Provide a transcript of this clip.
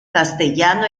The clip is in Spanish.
castellano